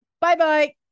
Bye-bye